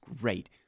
great